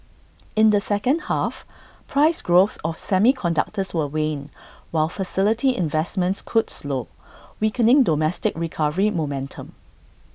in the second half price growth of semiconductors will wane while facility investments could slow weakening domestic recovery momentum